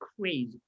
crazy